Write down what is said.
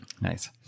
Nice